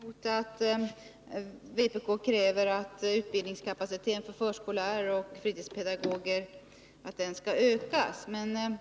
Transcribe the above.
Herr talman! Christina Rogestam protesterade mot att vpk kräver att utbildningskapaciteten för förskollärare och fritidspedagoger skall ökas. Men